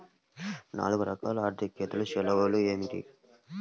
నాలుగు రకాల ఆర్థికేతర సేవలు ఏమిటీ?